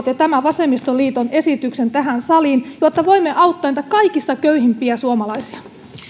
te tämän vasemmistoliiton ehdottaman esityksen tähän saliin jotta voimme auttaa niitä kaikista köyhimpiä suomalaisia